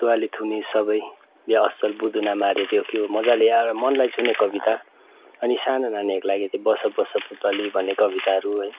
दुवाली थुनी सबैले असल बुदुना माऱ्यो त्यो के मजाले आँ मनलाई छुने कविता अनि साना नानीहरूका लागि बस बस पुतली भन्ने कविताहरू है